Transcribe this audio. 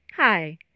Hi